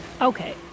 Okay